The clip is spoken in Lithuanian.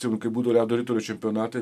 atsimenu kai būdavo ledo ritulio čempionatai